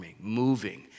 moving